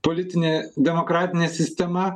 politinė demokratinė sistema